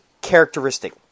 characteristic